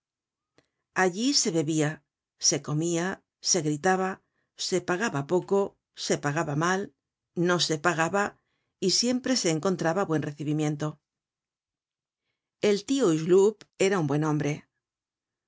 allí se bebia se comia se gritaba se pagaba poco se pagaba mal no se pagaba y siempre se encontraba buen recibimiento el tio hucheloup era un buen hombre